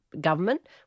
government